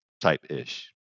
type-ish